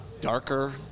darker